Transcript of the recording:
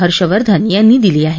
हर्षवर्धन यांनी दिली आहे